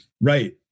Right